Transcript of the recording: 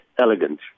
elegant